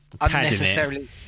Unnecessarily